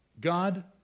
God